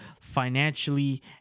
financially